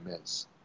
miss